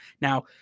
Now